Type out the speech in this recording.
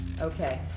Okay